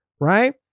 right